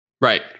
Right